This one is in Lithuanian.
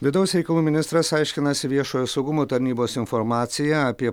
vidaus reikalų ministras aiškinasi viešojo saugumo tarnybos informaciją apie